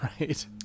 right